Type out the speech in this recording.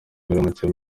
mucyo